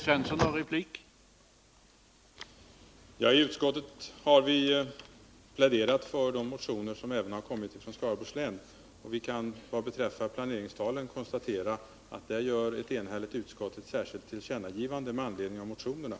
Herr talman! I utskottet har vi pläderat för de motioner som har kommit från Skaraborgs län. Och beträffande planeringstalen kan vi konstatera att ett enhälligt utskott gör ett särskilt tillkännagivande med anledning av motionerna.